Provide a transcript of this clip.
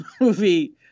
movie –